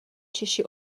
češi